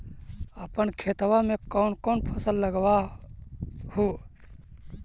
अपन खेतबा मे कौन कौन फसल लगबा हू?